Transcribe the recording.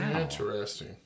Interesting